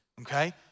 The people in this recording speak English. okay